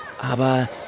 Aber